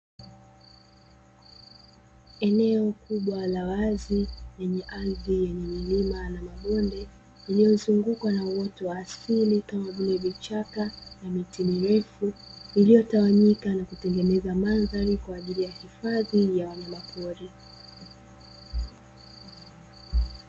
Eneo kubwa la wazi lenye ardhi yenye milima na mabonde, iliyozungukwa na uoto wa asili, kama vile vichaka na miti mirefu, iliyotawanyika na kutengeneza mandhari kwa ajili ya hifadhi ya wanyamapori.